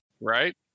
Right